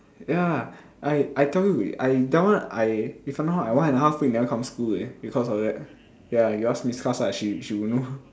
ya I I tell you already I that one I if I'm not wrong I one and a half week never come school eh because of that ya you ask miss Chan ah she she would know